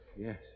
Yes